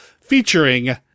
featuring